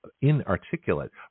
inarticulate